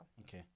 Okay